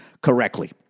correctly